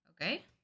Okay